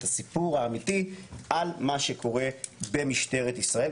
הסיפור האמיתי על מה שקורה במשטרת ישראל.